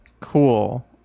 Cool